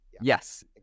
Yes